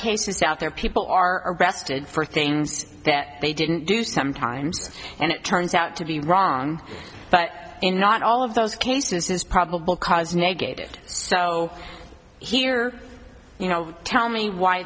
cases out there people are arrested for things that they didn't do sometimes and it turns out to be wrong but in not all of those cases is probable cause negative so here you know tell me why